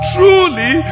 Truly